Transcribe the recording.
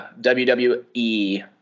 WWE